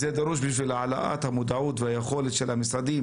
זה דרוש להעלאת המודעות והיכולת של המשרדים